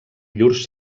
llurs